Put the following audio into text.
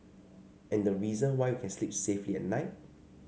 and the reason why we can sleep safely at night